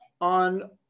on